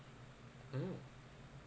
mm